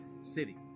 city